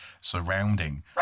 surrounding